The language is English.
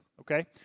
okay